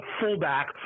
fullback